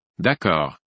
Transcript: D'accord